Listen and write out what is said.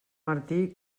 martí